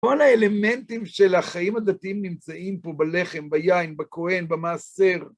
כל האלמנטים של החיים הדתיים נמצאים פה בלחם, ביין, בכהן, במעשר